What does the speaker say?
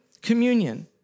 communion